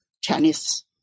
Chinese